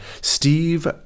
steve